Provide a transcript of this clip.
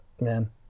man